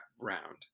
round